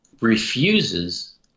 refuses